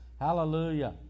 Hallelujah